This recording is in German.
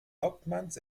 hauptmanns